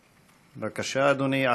בבקשה, אדוני.